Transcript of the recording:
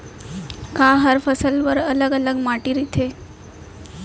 का हर फसल बर अलग अलग माटी रहिथे?